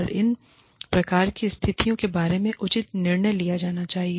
और इन प्रकार की स्थितियों के बारे में उचित निर्णय लिया जाना चाहिए